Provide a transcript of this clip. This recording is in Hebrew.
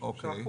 3%,